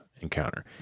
encounter